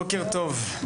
בוקר טוב,